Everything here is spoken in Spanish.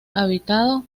habitado